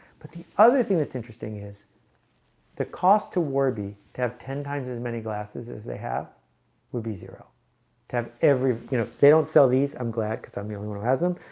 but the other thing that's interesting is the cost to warby to have ten times as many glasses as they have would be zero to have every you know, they don't sell these i'm glad because i'm the only one who has them,